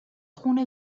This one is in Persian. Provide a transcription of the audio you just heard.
خون